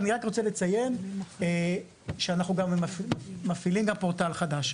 אני רק רוצה לציין שאנחנו גם מפעילים גם פורטל חדש.